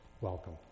Welcome